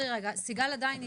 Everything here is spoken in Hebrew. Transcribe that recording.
סיגל עדיין איתנו?